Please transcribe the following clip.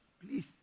please